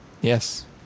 Yes